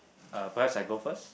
uh perhaps I go first